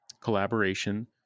collaboration